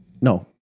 No